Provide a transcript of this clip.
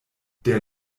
der